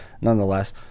nonetheless